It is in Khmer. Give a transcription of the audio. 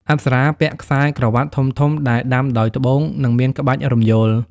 អប្សរាពាក់ "ខ្សែក្រវាត់" ធំៗដែលដាំដោយត្បូង និងមានក្បាច់រំយោល។